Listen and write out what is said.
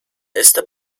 esta